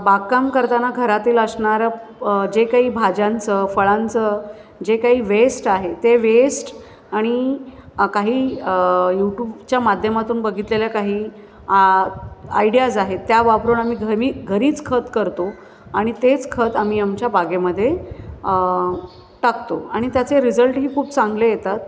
बागकाम करताना घरातील असणारं जे काही भाज्यांचं फळांचं जे काही वेस्ट आहे ते वेस्ट आणि अंं काही युटूबच्या माध्यमातून बघितलेल्या काही आयडियाज आहेत त्या वापरून आम्ही घमी घरीच खत करतो आणि तेच खत आम्ही आमच्या बागेमध्ये टाकतो आणि त्याचे रिझल्टही खूप चांगले येतात